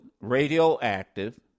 Radioactive